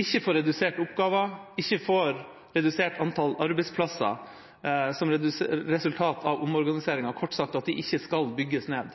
ikke får reduserte oppgaver og ikke får redusert antallet arbeidsplasser som resultat av omorganiseringen – kort sagt at de ikke skal bygges ned.